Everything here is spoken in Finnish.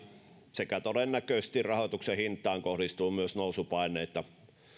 ja todennäköisesti rahoituksen hintaan kohdistuu myös nousupaineita